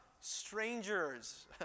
strangers